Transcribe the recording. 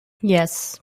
yes